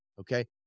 okay